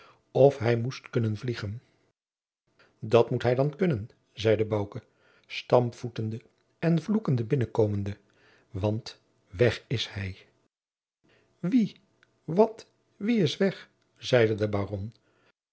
of hij moest kunnen vliegen dat moet hij dan kunnen zeide bouke stampvoetende en vloekende binnenkomende want weg is hij wie wat wie is weg zeide de baron